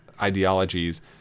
ideologies